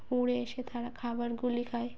উড়ে এসে তারা খাবারগুলি খায়